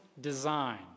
design